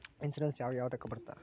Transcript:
Insurance ಯಾವ ಯಾವುದಕ್ಕ ಬರುತ್ತೆ?